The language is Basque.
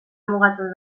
mugatzen